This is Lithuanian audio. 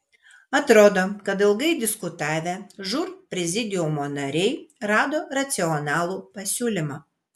atrodo kad ilgai diskutavę žūr prezidiumo nariai rado racionalų pasiūlymą